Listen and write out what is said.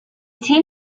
team